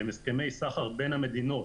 שהם הסכמי סחר בין המדינות,